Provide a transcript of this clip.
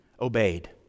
obeyed